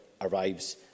arrives